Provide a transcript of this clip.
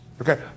okay